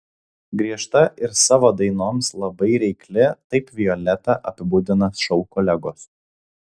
griežta ir savo dainoms labai reikli taip violetą apibūdina šou kolegos